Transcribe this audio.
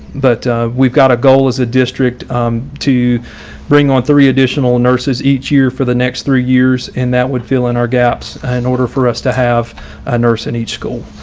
but we've got a goal as a district to bring on three additional nurses each year for the next three years. and that would fill in our gaps and in order for us to have a nurse in each school.